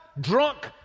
drunk